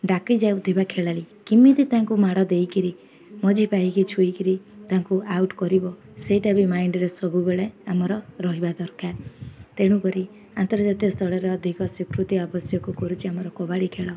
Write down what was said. ଡାକି ଯାଉଥିବା ଖେଳାଳି କେମିତି ତାଙ୍କୁ ମାଡ଼ ଦେଇକିରି ମଝି ପାଇକି ଛୁଇଁ କରି ତାଙ୍କୁ ଆଉଟ୍ କରିବ ସେଇଟା ବି ମାଇଣ୍ଡରେ ସବୁବେଳେ ଆମର ରହିବା ଦରକାର ତେଣୁ କରି ଆନ୍ତର୍ଜାତୀୟ ସ୍ତରରେ ଅଧିକ ସ୍ୱୀକୃତି ଆବଶ୍ୟକ କରୁଛି ଆମର କବାଡ଼ି ଖେଳ